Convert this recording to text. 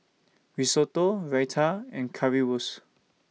Risotto Raita and Currywurst